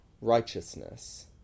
righteousness